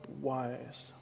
wise